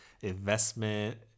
investment